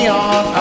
on